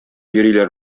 йөриләр